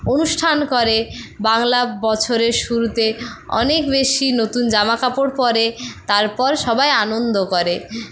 অনুষ্ঠান করে বাংলা বছরের শুরুতে অনেক বেশি নতুন জামাকাপড় পরে তারপর সবাই আনন্দ করে